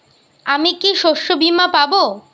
আমি কি শষ্যবীমা পাব?